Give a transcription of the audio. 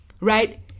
right